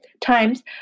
times